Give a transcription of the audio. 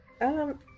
Um-